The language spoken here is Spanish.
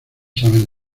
saben